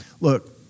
Look